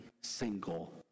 single